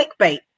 clickbait